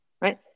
right